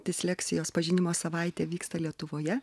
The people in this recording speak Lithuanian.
disleksijos pažinimo savaitė vyksta lietuvoje